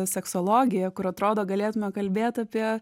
seksologiją kur atrodo galėtume kalbėt apie